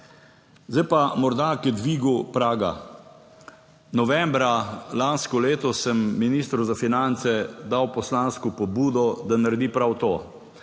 Zdaj pa morda k dvigu praga. Novembra lansko leto sem ministru za finance dal poslansko pobudo, da naredi prav to.